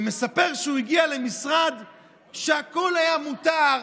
ומספר שהוא הגיע למשרד שהכול היה מותר,